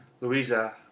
Louisa